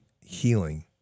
healing